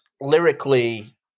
lyrically